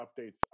updates